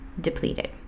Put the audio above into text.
depleted